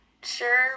sure